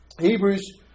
Hebrews